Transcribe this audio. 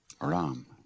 Ram